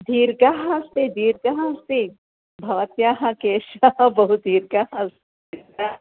दीर्घः अस्ति दीर्घः अस्ति भवत्याः केशः बहुदीर्घः अस्ति किल